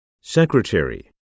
secretary